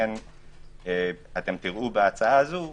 לכן תראו בהצעה הזאת,